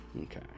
Okay